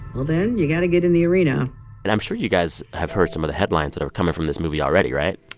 well, then you got to get in the arena and i'm sure you guys have heard some of the headlines that are coming from this movie already, right?